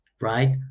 right